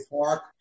Park